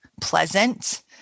pleasant